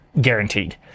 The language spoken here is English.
guaranteed